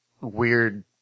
weird